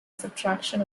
subtraction